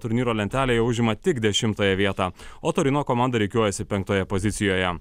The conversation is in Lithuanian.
turnyro lentelėje užima tik dešimtąją vietą o turino komanda rikiuojasi penktoje pozicijoje